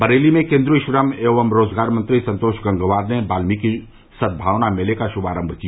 बरेली में केन्द्रीय श्रम एवं रोजगार मंत्री संतोष गंगवार ने वाल्मीकि सद्भावना मेले का शुभारम्भ किया